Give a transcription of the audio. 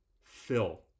fill